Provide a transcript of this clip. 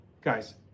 Guys